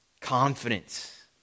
Confidence